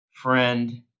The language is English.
Friend